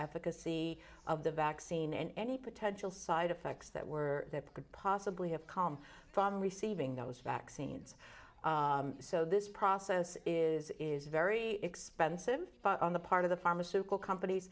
efficacy of the vaccine and any potential side effects that were that could possibly have come from receiving those vaccines so this process is is very expensive on the part of the pharmaceutical companies